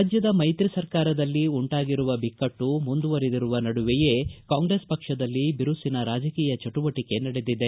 ರಾಜ್ಯದ ಮೈತ್ರಿ ಸರ್ಕಾರದಲ್ಲಿಉಂಟಾಗಿರುವ ಬಿಕ್ಕಟ್ಟು ಮುಂದುವರಿದಿರುವ ನಡುವೆಯೇ ಕಾಂಗ್ರೆಸ್ ಪಕ್ಷದಲ್ಲಿ ಬಿರುಸಿನ ರಾಜಕೀಯ ಚಟುವಟಿಕೆ ನಡೆದಿದೆ